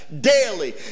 daily